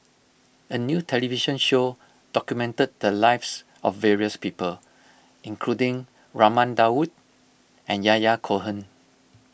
a new television show documented the lives of various people including Raman Daud and Yahya Cohen